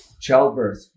Childbirth